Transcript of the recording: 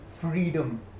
freedom